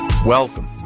Welcome